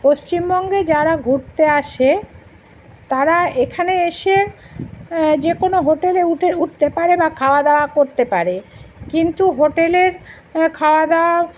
পশ্চিমবঙ্গে যারা ঘুরতে আসে তারা এখানে এসে যে কোনো হোটেলে উঠতে পারে বা খাওয়া দাওয়া করতে পারে কিন্তু হোটেলের খাওয়া দাওয়া